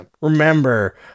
remember